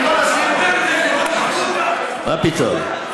מה פתאום.